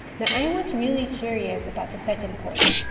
now i was really curious about the second point.